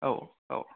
औ औ